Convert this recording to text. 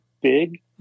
big